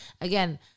again